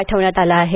पाठवण्यात आला आहे